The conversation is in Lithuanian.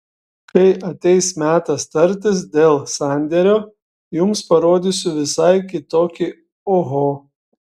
kai ateis metas tartis dėl sandėrio jums parodysiu visai kitokį oho